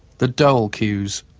the dole queues.